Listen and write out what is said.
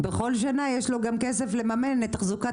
בכל שנה יש לו גם כסף לממן את תחזוקת